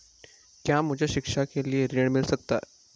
क्या मुझे शिक्षा के लिए ऋण मिल सकता है?